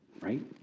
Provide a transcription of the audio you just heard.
Right